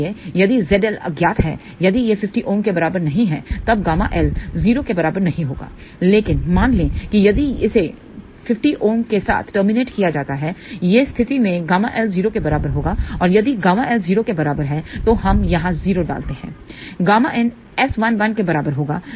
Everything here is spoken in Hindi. इसलिए यदि ZL अज्ञात है यदि यह 50 Ω के बराबर नहीं है तब ƬL 0 के बराबर नहीं होगा लेकिन मान लें कि यदि इसे 50 Ω के साथ टर्मिनेट किया जाता है उस स्थिति में ƬL 0 के बराबर होगा और यदि ƬL 0 के बराबर है तो हम यहां 0डालते हैं ƬinS11 के बराबर होगा